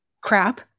crap